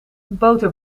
boter